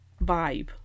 vibe